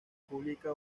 publica